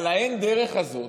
אבל האין-דרך הזאת,